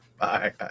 Bye